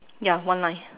ya one line